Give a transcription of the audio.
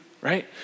right